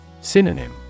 Synonym